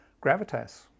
gravitas